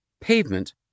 pavement